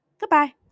Goodbye